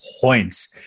points